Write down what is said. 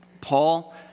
Paul